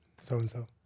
So-and-so